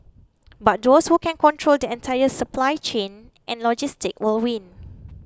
but those who can control the entire supply chain and logistics will win